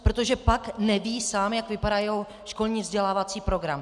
Protože pak neví sám, jak vypadá jeho školní vzdělávací program.